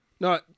No